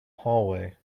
hallway